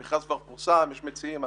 המכרז כבר פורסם ויש מציעים.